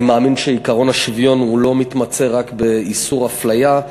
אני מאמין שעקרון השוויון לא מתמצה רק באיסור אפליה,